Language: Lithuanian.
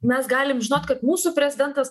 mes galim žinot kad mūsų prezidentas